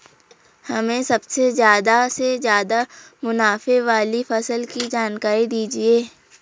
हमें सबसे ज़्यादा से ज़्यादा मुनाफे वाली फसल की जानकारी दीजिए